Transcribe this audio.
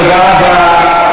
תודה רבה.